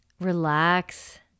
Relax